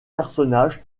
personnages